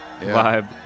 vibe